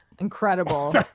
Incredible